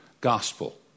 gospel